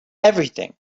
everything